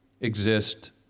exist